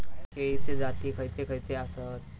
केळीचे जाती खयचे खयचे आसत?